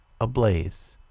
ablaze